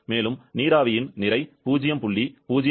மேலும் நீராவியின் நிறை 0